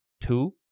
Two